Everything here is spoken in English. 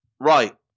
Right